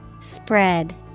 Spread